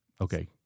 okay